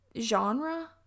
genre